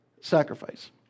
sacrifice